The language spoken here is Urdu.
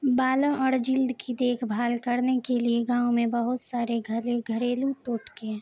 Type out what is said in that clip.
بالوں اور جلد کی دیکھ بھال کرنے کے لیے گاؤں میں بہت سارے گھر گھریلو ٹوٹکے ہیں